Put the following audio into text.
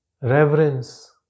reverence